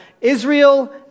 Israel